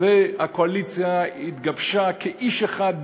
והקואליציה התגבשה כאיש אחד,